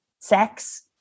sex